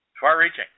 far-reaching